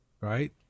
Right